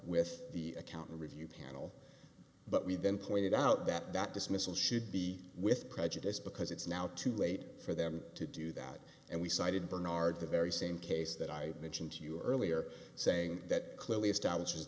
with the account review panel but we then pointed out that that dismissal should be with prejudice because it's now too late for them to do that and we cited bernard the very same case that i mentioned to you earlier saying that clearly establishes